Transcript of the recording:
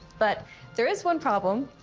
but there is one problem.